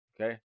Okay